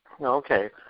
Okay